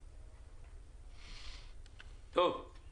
בבקשה, ליאור.